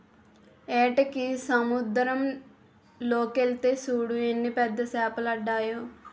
ఏటకి సముద్దరం లోకెల్తే సూడు ఎన్ని పెద్ద సేపలడ్డాయో